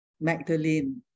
Magdalene